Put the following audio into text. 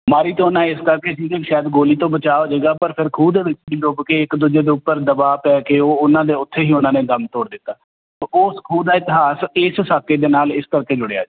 ਮਾਰੀ ਤਾਂ ਉਨ੍ਹਾਂ ਨੇ ਇਸ ਕਰਕੇ ਜਿਹਦੇ ਸ਼ਾਇਦ ਗੋਲੀ ਤੋਂ ਬਚਾ ਹੋ ਜਾਏਗਾ ਪਰ ਫਿਰ ਖੂਹ ਦੇ ਵਿੱਚ ਡੁੱਬ ਕੇ ਇੱਕ ਦੂਜੇ ਦੇ ਉੱਪਰ ਦਬਾਅ ਪੈ ਕੇ ਉਹਨਾਂ ਦੇ ਉਥੇ ਹੀ ਉਹਨਾਂ ਨੇ ਗਮ ਤੋੜ ਦਿੱਤਾ ਉਸ ਖੂਹ ਦਾ ਇਤਿਹਾਸ ਇਸ ਸਾਕੇ ਦੇ ਨਾਲ ਤਾਂ ਕਰਕੇ ਜੁੜਿਆ